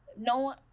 no